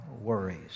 worries